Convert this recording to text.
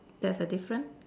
that's a difference